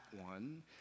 one